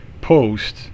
post